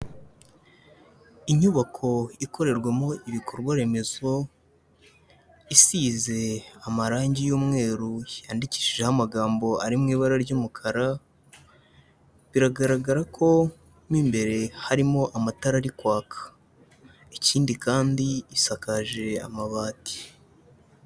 Inyubako ikorerwamo ibikorwa remezo, isize amarangi y'umweru yandikishijeho amagambo ari mu ibara ry'umukara, biragaragara ko mo imbere harimo amatara ari kwaka, ikindi kandi isakaje amabati.